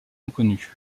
inconnu